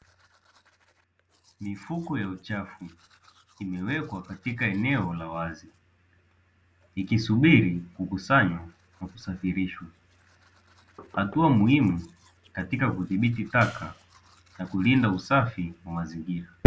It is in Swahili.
Mifuko ya uchafu imewekwa katika eneo la wazi ikisubiri kukusanywa na kusafirishwa, hatua muhimu katika kudhibiti taka na kulinda usafi wa mazingira.